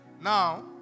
now